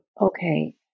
okay